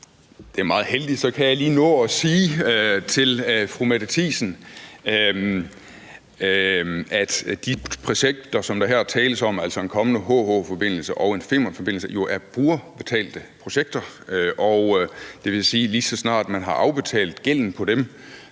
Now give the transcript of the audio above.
Det er meget heldigt, for så kan jeg lige nå at sige til fru Mette Thiesen, at de projekter, som der her tales om, altså en kommende HH-forbindelse og en Femernforbindelse, jo er brugerbetalte projekter, og det vil sige, at lige så snart man har afbetalt gælden på dem,